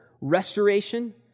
Restoration